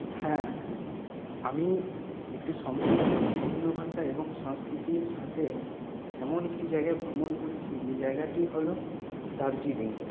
হ্যাঁ আমি একটি সম্পূর্ণ ভিন্ন ভাষা এবং সাংস্কৃতিক সাথে একটি জায়গায় ভ্রমণ করেছি যে জায়গাটি হল দার্জিলিং